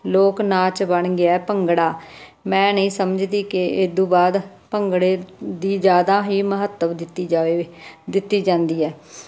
ਲੋਕ ਨਾਚ ਬਣ ਗਿਆ ਭੰਗੜਾ ਮੈਂ ਨਹੀਂ ਸਮਝਦੀ ਕਿ ਇੱਦੂ ਬਾਅਦ ਭੰਗੜੇ ਦੀ ਜ਼ਿਆਦਾ ਹੀ ਮਹੱਤਵ ਦਿੱਤੀ ਜਾਵੇ ਦਿੱਤੀ ਜਾਂਦੀ ਹੈ